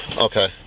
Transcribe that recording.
Okay